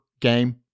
game